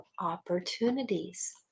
opportunities